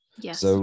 Yes